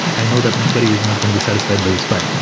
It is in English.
i know that my query is not going to be satisfied by this file.